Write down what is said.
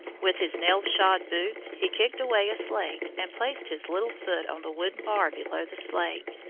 with his nail-shod boots he kicked away a slate and placed his little foot on the wooden bar below the slate,